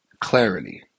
Clarity